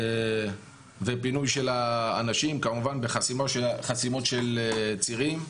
ופינוי של האנשים, כמובן בחסימות של צירים.